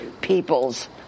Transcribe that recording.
people's